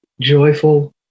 joyful